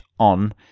on